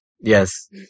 Yes